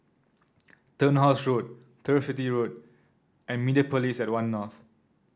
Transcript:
Turnhouse Road Turf City Road and Mediapolis at One North